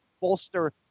bolster